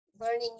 learning